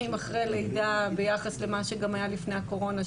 אחרי לידה ביחס למה שגם היה לפני הקורונה,